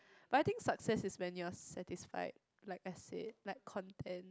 but I think success is when you are satisfied like as in like content